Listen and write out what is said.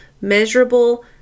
measurable